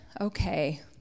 okay